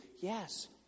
yes